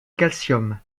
calcium